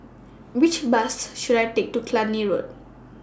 Which Bus should I Take to Cluny Road